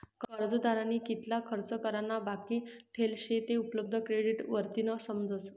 कर्जदारनी कितला खर्च करा ना बाकी ठेल शे ते उपलब्ध क्रेडिट वरतीन समजस